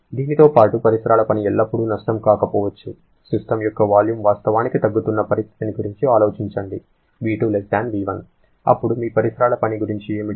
దానితో పాటు పరిసరాల పని ఎల్లప్పుడూ నష్టం కాకపోవచ్చు సిస్టమ్ యొక్క వాల్యూమ్ వాస్తవానికి తగ్గుతున్న పరిస్థితి గురించి ఆలోచించండి V2 V1 అప్పుడు మీ పరిసరాల పని గురించి ఏమిటి